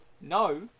No